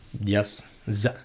Yes